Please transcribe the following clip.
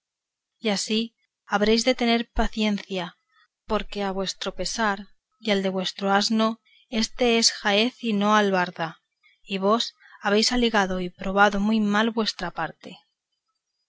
y así habréis de tener paciencia porque a vuestro pesar y al de vuestro asno éste es jaez y no albarda y vos habéis alegado y probado muy mal de vuestra parte